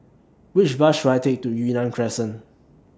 Which Bus should I Take to Yunnan Crescent